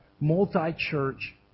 multi-church